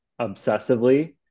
obsessively